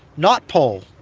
not pull.